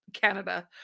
canada